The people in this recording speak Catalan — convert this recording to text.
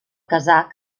kazakh